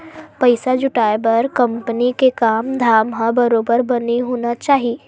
पइसा जुटाय बर कंपनी के काम धाम ह बरोबर बने होना चाही